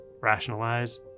rationalize